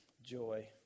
joy